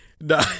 no